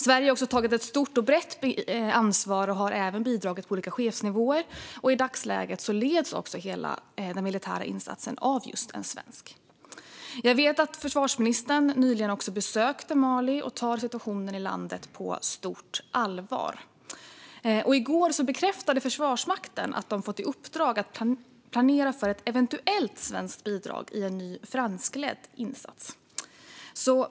Sverige har tagit ett stort och brett ansvar och har även bidragit på olika chefsnivåer. I dagsläget leds också hela den militära insatsen av en svensk. Jag vet att försvarsministern nyligen besökte Mali och tar situationen i landet på stort allvar. I går bekräftade Försvarsmakten att man fått i uppdrag att planera för ett eventuellt svenskt bidrag i en ny franskledd insats.